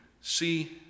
see